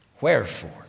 Wherefore